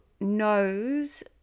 knows